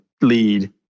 lead